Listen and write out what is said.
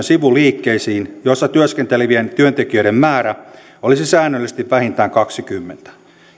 sivuliikkeisiin joissa työskentelevien työntekijöiden määrä olisi säännöllisesti vähintään kaksikymmentä